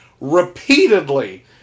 Repeatedly